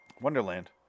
Wonderland